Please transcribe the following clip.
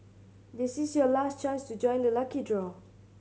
this is your last chance to join the lucky draw